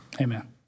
Amen